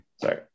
sorry